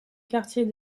quartiers